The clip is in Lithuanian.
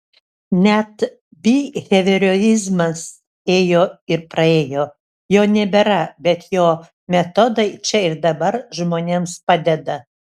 net biheviorizmas ėjo ir praėjo jo nebėra bet jo metodai čia ir dabar žmonėms padeda